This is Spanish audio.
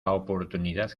oportunidad